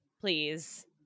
please